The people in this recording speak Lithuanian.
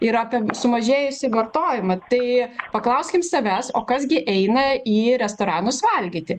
ir apie sumažėjusį vartojimą tai paklauskim savęs o kas gi eina į restoranus valgyti